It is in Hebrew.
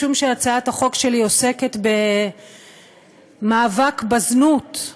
משום שהצעת החוק שלי עוסקת במאבק בזנות.